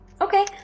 Okay